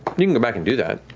you can go back and do that.